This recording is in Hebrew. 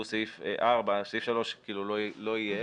שהוא סעיף 4. סעיף 3 לא יהיה,